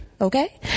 Okay